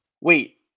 Wait